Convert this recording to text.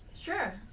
Sure